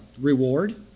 reward